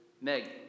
Meg